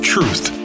Truth